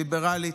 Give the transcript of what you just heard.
ליברלית,